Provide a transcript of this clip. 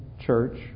church